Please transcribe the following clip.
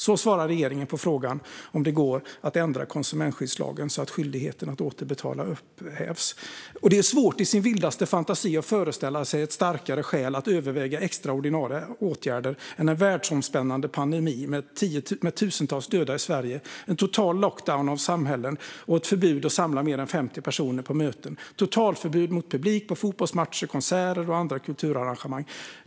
Så svarar regeringen på frågan om det går att ändra konsumentskyddslagen så att skyldigheten att återbetala upphävs. Det är svårt att ens i sin vildaste fantasi föreställa sig ett starkare skäl att överväga extraordinära åtgärder än en världsomspännande pandemi med tusentals döda i Sverige, en total lockdown av samhällen och ett förbud mot att samla mer än 50 personer på möten. Det råder totalförbud mot publik på fotbollsmatcher, konserter och andra kulturarrangemang.